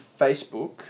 Facebook